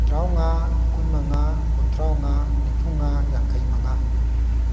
ꯇꯔꯥꯃꯉꯥ ꯀꯨꯟꯃꯉꯥ ꯀꯨꯟꯊ꯭ꯔꯥꯃꯉꯥ ꯅꯤꯝꯐꯨꯃꯉꯥ ꯌꯥꯡꯈꯩꯃꯉꯥ